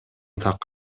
так